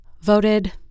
voted